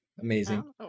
amazing